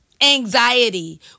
anxiety